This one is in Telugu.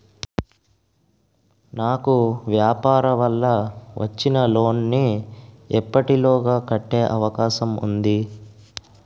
నాకు వ్యాపార వల్ల వచ్చిన లోన్ నీ ఎప్పటిలోగా కట్టే అవకాశం ఉంది?